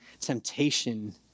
temptation